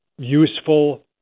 useful